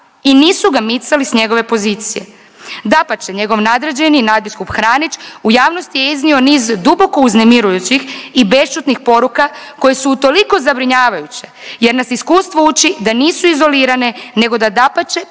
i nisu ga micali s njegove pozicije. Dapače njegov nadređeni nadbiskup Hranić u javnosti je iznio niz duboko uznemirujućih i bešćutnih poruka koje su toliko zabrinjavajuće jer nas iskustvo uči da nisu izolirane nego da dapače